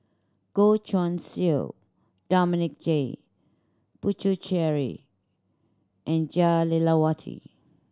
Goh Guan Siew Dominic J Puthucheary and Jah Lelawati